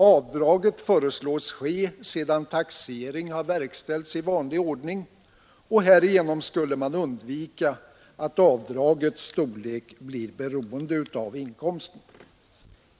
Avdraget föreslås ske sedan taxering har verkställts i vanlig ordning. Härigenom skulle man komma ifrån att avdragets storlek blir beroende av inkomsten.